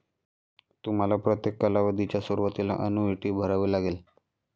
तुम्हाला प्रत्येक कालावधीच्या सुरुवातीला अन्नुईटी भरावी लागेल